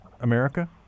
America